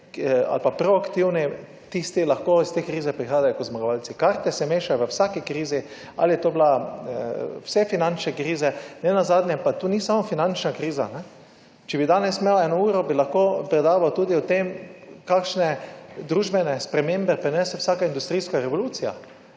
ali pa proaktivni, tisti lahko iz te krize prihajajo kot zmagovalci. Karte se mešajo v vsaki krizi, ali je to bila, vse finančne krize. Nenazadnje pa to ni samo finančna kriza. Če bi danes imel eno uro, bi lahko predaval tudi o tem, kakšne družbene spremembe prinese vsaka industrijska revolucija.